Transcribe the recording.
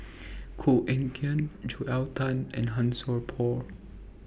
Koh Eng Kian Joel Tan and Han Sai Por